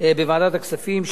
בוועדת הכספים,